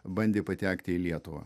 bandė patekti į lietuvą